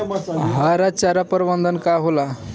हरा चारा प्रबंधन का होला?